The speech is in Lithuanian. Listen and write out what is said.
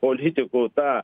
politikų tą